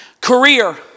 career